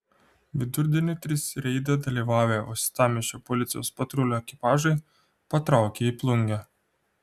vidurdienį trys reide dalyvavę uostamiesčio policijos patrulių ekipažai patraukė į plungę